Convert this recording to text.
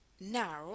now